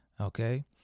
okay